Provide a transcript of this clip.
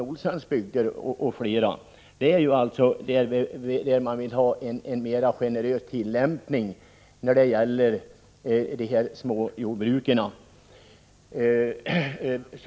Z———— Olssons och andras bygder i den här debatten har varit ute efter är att man vill ha en mera generös tillämpning av lagen när det gäller att få förvärva de små jordbruken.